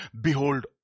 Behold